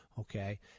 Okay